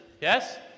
Yes